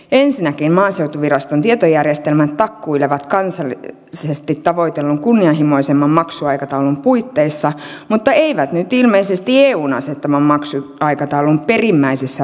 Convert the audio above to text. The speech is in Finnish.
ensinnäkin maaseutuviraston tietojärjestelmät takkuilevat kansallisesti tavoitellun kunnianhimoisemman maksuaikataulun puitteissa mutta eivät nyt ilmeisesti eun asettaman maksuaikataulun perimmäisissä raameissa